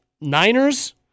Niners